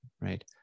right